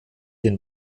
den